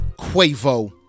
Quavo